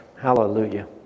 Hallelujah